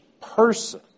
person